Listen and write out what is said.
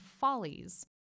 follies